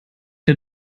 der